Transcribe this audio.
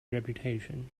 reputation